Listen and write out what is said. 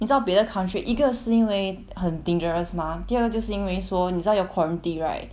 你知道别的 country 一个是因为很 dangerous mah 第二个就是因为说你知道要 quarantine right